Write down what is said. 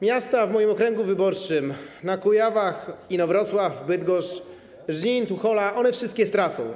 Miasta w moim okręgu wyborczym na Kujawach: Inowrocław, Bydgoszcz, Żnin, Tuchola - one wszystkie stracą.